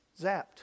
zapped